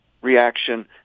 reaction